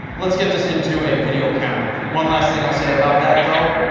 let's get this into a video camera. one last thing i'll say about that, though,